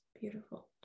Beautiful